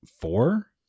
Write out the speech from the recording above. four